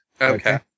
Okay